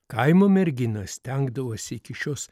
kaimo merginos stengdavosi iki šios